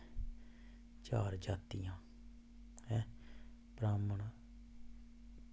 चार जातियां न ऐं ब्रहामण